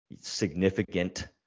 significant